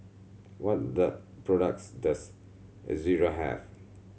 what products does Ezerra have